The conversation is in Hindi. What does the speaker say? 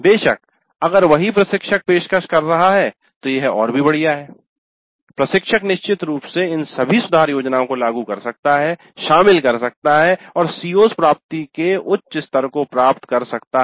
बेशक अगर वही प्रशिक्षक पेशकश कर रहा है तो यह और भी बढ़िया है प्रशिक्षक निश्चित रूप से इन सभी सुधार योजनाओं को लागू कर सकता है शामिल कर सकता है और CO's प्राप्ति के उच्च स्तर को प्राप्त कर सकता है